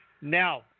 Now